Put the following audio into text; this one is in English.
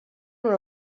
were